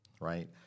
right